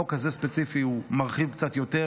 החוק הזה ספציפית מרחיב קצת יותר,